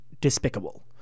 despicable